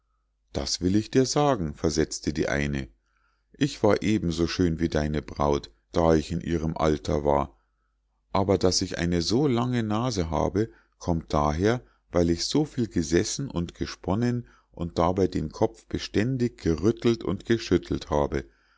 das will ich dir sagen versetzte die eine ich war eben so schön wie deine braut da ich in ihrem alter war aber daß ich eine so lange nase habe kommt daher weil ich so viel gesessen und gesponnen und dabei den kopf beständig gerüttelt und geschüttelt habe